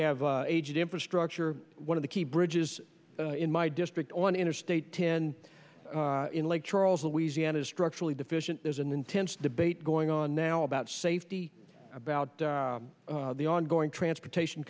have aged infrastructure one of the key bridges in my district on interstate ten in lake charles louisiana is structurally deficient there's an intense debate going on now about safety about the ongoing transportation